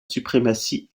suprématie